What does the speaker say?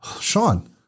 Sean